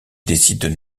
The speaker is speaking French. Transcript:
décident